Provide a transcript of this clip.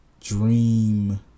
dream